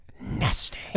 nasty